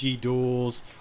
duels